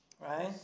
right